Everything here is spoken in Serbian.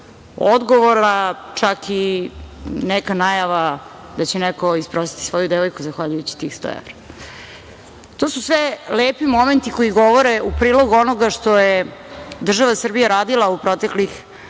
odgovora, čak i neka najava da će neko isprositi svoju devojku zahvaljujući tih 100 evra. To su sve lepi momenti koji govore u prilog onoga što je država Srbija radila u proteklih